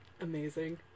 amazing